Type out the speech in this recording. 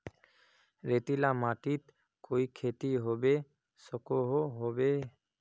रेतीला माटित कोई खेती होबे सकोहो होबे?